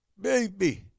baby